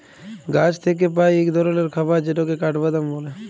গাহাচ থ্যাইকে পাই ইক ধরলের খাবার যেটকে কাঠবাদাম ব্যলে